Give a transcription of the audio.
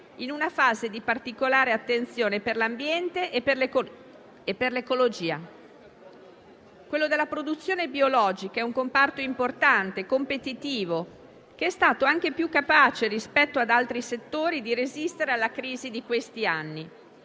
in una fase di particolare attenzione per l'ambiente e l'ecologia. Quello della produzione biologica è un comparto importante e competitivo, che è stato anche più capace, rispetto ad altri settori, di resistere alla crisi di questi anni;